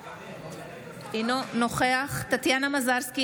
אינו נוכח טטיאנה מזרסקי,